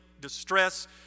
distress